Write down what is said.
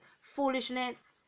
foolishness